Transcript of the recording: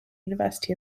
university